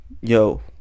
yo